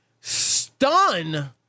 stun